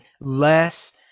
less